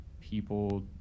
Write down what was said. people